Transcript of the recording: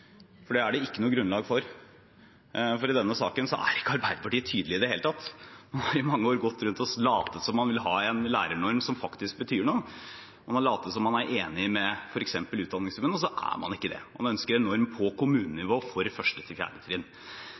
for det er det ikke noe grunnlag for, for i denne saken er ikke Arbeiderpartiet tydelige i det hele tatt. Man har i mange år gått rundt og latet som om man ville ha en lærernorm som faktisk betyr noe. Man har latet som om man er enig med f.eks. Utdanningsforbundet, men så er man ikke det. Man ønsker en norm på kommunenivå for